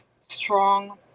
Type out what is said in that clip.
strong